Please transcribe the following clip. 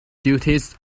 duties